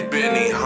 Benny